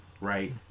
right